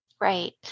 right